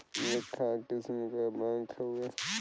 एक खास किस्म क बैंक हउवे